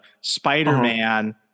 Spider-Man